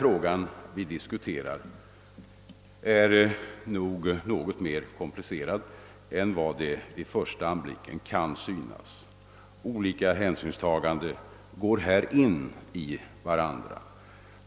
Vad vi nu diskuterar är en mera komplicerad fråga än vad den vid första anblicken kan förefalla vara. Olika hänsynstaganden går här in i varandra.